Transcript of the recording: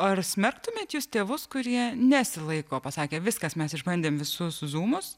ar smerktumėt jūs tėvus kurie nesilaiko pasakė viskas mes išbandėm visus zumus